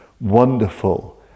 wonderful